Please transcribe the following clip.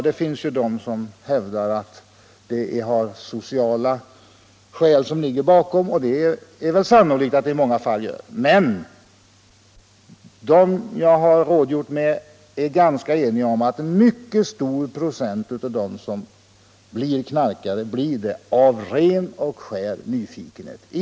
Det finns de som hävdar att det har sociala skäl, och det är väl sannolikt i många fall, men de Jag har rådgjort med är ganska eniga om att en mycket stor procentandel av dem som blir knarkare blir det av ren och skär nyfikenhet.